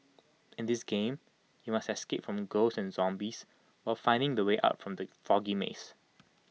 in this game you must escape from ghosts and zombies while finding the way out from the foggy maze